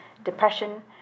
depression